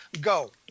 go